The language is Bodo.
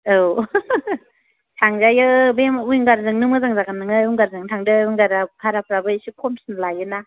औ थांजायो बे विंगारजोंनो मोजां जागोन नोङो विंगारजोंनो थांदो विंगारा भाराफ्राबो एसे खमसिन लायो ना